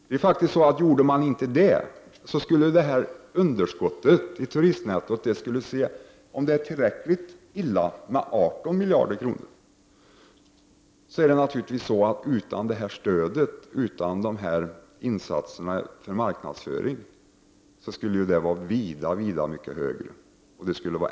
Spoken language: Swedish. Gavs inte detta stöd och utan insatserna för marknadsföring skulle underskottet i turistnettot vara vida högre och situationen skulle vara ännu sämre — om det inte är tillräckligt illa med 18 miljarder.